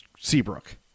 seabrook